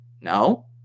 No